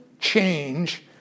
change